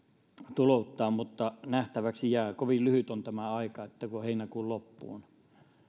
tulouttaa mutta nähtäväksi jää kovin lyhyt on tämä aika kun on heinäkuun loppuun